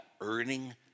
earning